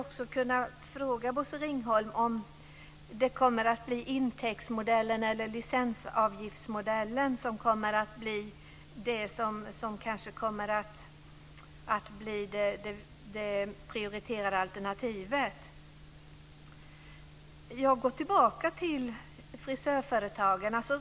Jag skulle kunna fråga Bosse Ringholm om det kommer att bli intäktsmodellen eller licensavgiftsmodellen som blir det prioriterade alternativet. Jag går tillbaka till frågan om frisörföretagen.